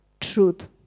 truth